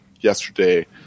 yesterday